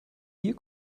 hier